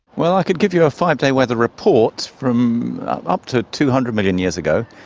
well, i could give you a five-day weather report from up to two hundred million years ago.